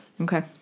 Okay